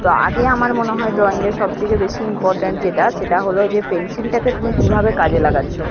তা আগে আমার মনে হয় ড্রয়িঙের সব থেকে বেশি ইম্পরট্যান্ট যেটা সেটা হল যে পেন্সিলটাকে তুমি কীভাবে কাজে লাগাচ্ছো